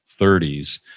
30s